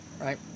right